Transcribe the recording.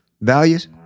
values